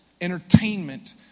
entertainment